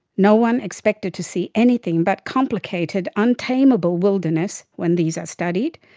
no one expected to see anything but complicated, untameable wilderness when these are studied.